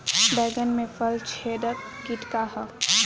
बैंगन में फल छेदक किट का ह?